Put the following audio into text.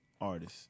artist